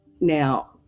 now